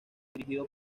dirigido